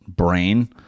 brain